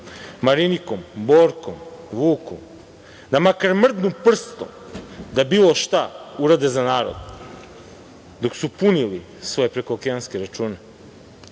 Marinikom, Borkom, Vukom da makar mrdnu prstom da bilo šta urade za narod dok su punili svoje prekookeanske račune. Danas